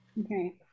Okay